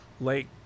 Lake